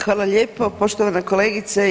Hvala lijepo poštovana kolegice.